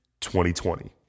2020